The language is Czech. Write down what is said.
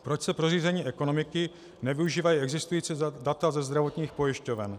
Proč se pro řízení ekonomiky nevyužívají existující data ze zdravotních pojišťoven?